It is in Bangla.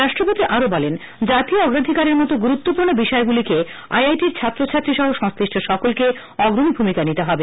রাষ্ট্রপতি আরও বলেন জাতীয় অগ্রাধিকারের মতো গুরুত্বপূর্ণ বিষয়গুলিকে আইআইটি র ছাত্রছাত্রী সহ সংশ্লিষ্ট সকলকে অগ্রণী ভূমিকা নিতে হবে